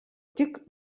tik